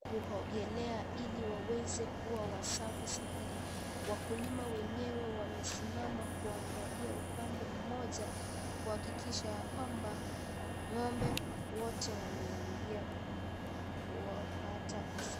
kuogelea ili waweze kuwa wasafi zaidi. Wakulima wenyewe wamesimama kuangalia upande mmoja, kuhakikisha yakwamba ng'ombe wote wameingia kupata usafi.